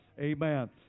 Amen